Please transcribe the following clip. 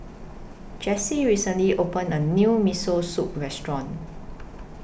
Jessy recently opened A New Miso Soup Restaurant